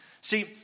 See